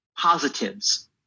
positives